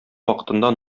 вакытында